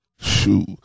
shoot